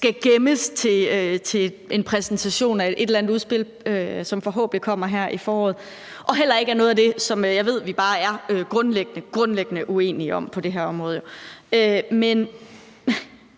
skal gemmes til en præsentation af et eller andet udspil, som forhåbentlig kommer her i foråret, og heller ikke kommer ind på noget af det, som jeg ved vi bare er grundlæggende uenige om på det her område.